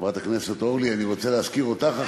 חברת הכנסת אורלי, אני רוצה להזכיר אותך עכשיו.